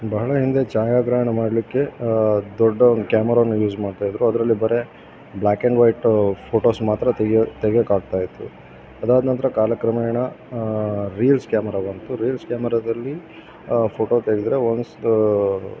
ಬಹಳ ಹಿಂದೆ ಛಾಯಾಗ್ರಹಣ ಮಾಡಲಿಕ್ಕೆ ದೊಡ್ಡ ಒಂದು ಕ್ಯಾಮರಾವನ್ನು ಯೂಸ್ ಮಾಡ್ತಾಯಿದ್ದರು ಅದರಲ್ಲಿ ಬರೀ ಬ್ಲ್ಯಾಕ್ ಆ್ಯಂಡ್ ವೈಟು ಫೋಟೋಸ್ ಮಾತ್ರ ತೆಗೆಯೋ ತೆಗ್ಯೋಕ್ಕೆ ಆಗ್ತಾಯಿತ್ತು ಅದಾದ ನಂತರ ಕಾಲಕ್ರಮೇಣ ರೀಲ್ಸ್ ಕ್ಯಾಮರ ಬಂತು ರೀಲ್ಸ್ ಕ್ಯಾಮರದಲ್ಲಿ ಫೋಟೋ ತೆಗೆದ್ರೆ ಒನ್ಸ್